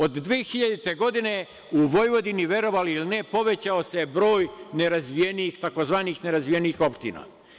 Od 2000. godine, u Vojvodini, verovali ili ne, povećao se broj nerazvijenih, tzv. nerazvijenih opština.